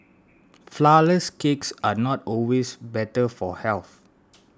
Flourless Cakes are not always better for health